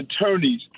attorneys